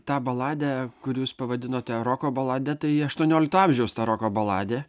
tą baladę kur jūs pavadinote roko balade tai aštuoniolikto amžiaus ta roko baladė